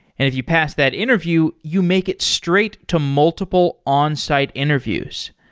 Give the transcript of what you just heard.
if you pass that interview, you make it straight to multiple onsite interviews.